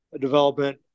development